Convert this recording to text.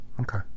Okay